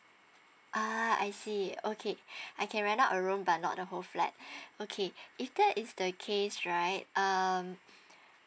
ah I see okay I can rent out a room but not the whole flat okay if that is the case right um